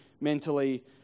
mentally